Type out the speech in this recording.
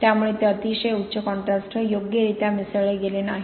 त्यामुळे ते अतिशय उच्च कॉन्ट्रास्टसह योग्यरित्या मिसळले गेले नाही